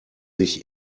sich